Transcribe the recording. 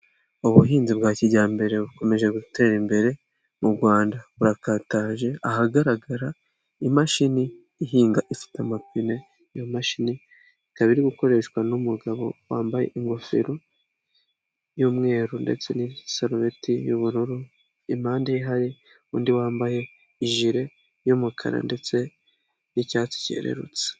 Ubuhinzi bwa kijyambere bukomeje gutera imbere mu Rwanda. Burakataje ahagaragara imashini ihinga ifite amapine, iyo mashini ikaba iri gukoreshwa n'umugabo wambaye ingofero y'umweru ndetse n'isarubeti y'ubururu, impande ye hari undi wambaye ijire y'umukara ndetse n'icyatsi cyererutse.